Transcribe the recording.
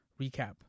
recap